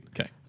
Okay